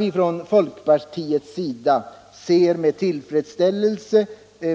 Inom folkpartiet ser vi med tillfredsställelse